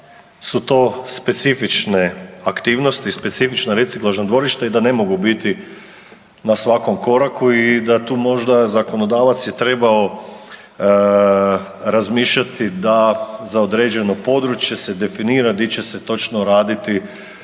da su to specifične aktivnosti, specifično reciklažno dvorište i da ne mogu bit na svakom koraku i da tu možda zakonodavac je trebao razmišljati da za određeno područje se definira di će se točno raditi